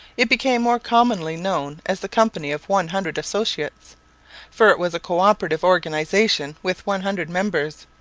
it became more commonly known as the company of one hundred associates for it was a co-operative organization with one hundred members,